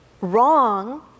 wrong